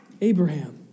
Abraham